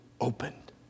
opened